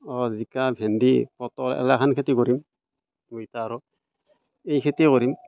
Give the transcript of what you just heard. অঁ জিকা ভেন্দি পটল এইগিলাখান খেতি কৰিম মই এতিয়া আৰু এই খেতিয়ে কৰিম